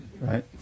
Right